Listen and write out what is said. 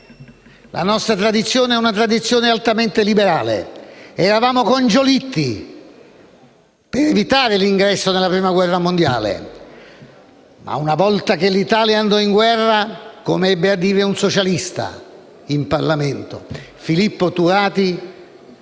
La nostra tradizione è altamente liberale: eravamo con Giolitti per evitare l'ingresso nella Prima guerra mondiale, ma una volta che l'Italia andò in guerra, come ebbe a dire in Parlamento il socialista Filippo Turati,